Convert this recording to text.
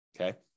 Okay